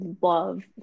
love